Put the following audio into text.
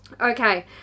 Okay